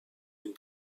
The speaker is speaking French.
une